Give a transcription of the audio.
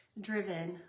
driven